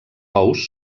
ous